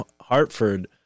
Hartford